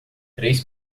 três